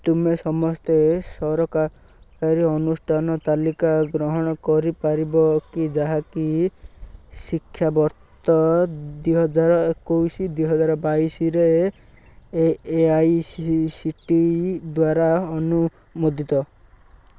ତୁମେ ସମସ୍ତ ସରକାରୀ ଅନୁଷ୍ଠାନର ତାଲିକା ସଂଗ୍ରହ କରିପାରିବ କି ଯାହାକି ଶିକ୍ଷାବର୍ଷ ଦୁଇହଜାର ଏକୋଉଶି ଦୁଇହଜାର ବାଇଶରେ A I C T E ଦ୍ୱାରା ଅନୁମୋଦିତ